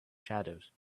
shadows